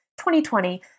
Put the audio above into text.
2020